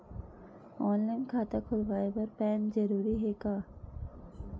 Online खाता खुलवाय बर पैन जरूरी हे का?